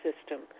system